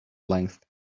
length